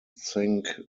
zinc